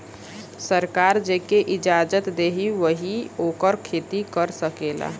सरकार जेके इजाजत देई वही ओकर खेती कर सकेला